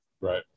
Right